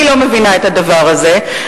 אני לא מבינה את הדבר הזה.